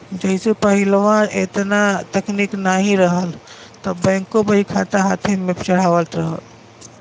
जइसे पहिलवा एतना तकनीक नाहीं रहल त बैंकों बहीखाता हाथे से चढ़ावत रहल